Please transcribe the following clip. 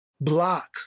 block